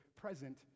present